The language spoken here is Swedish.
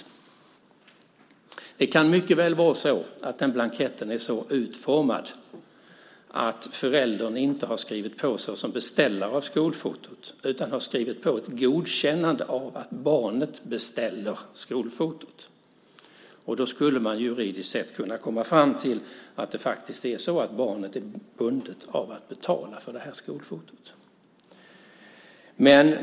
Blanketten kan mycket väl vara utformad så att föräldern inte har skrivit på som beställare av skolfotot utan har skrivit på ett godkännande av att barnet beställer skolfotot. Då skulle man juridiskt sett kunna komma fram till att barnet faktiskt är bundet att betala för skolfotot.